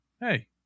hey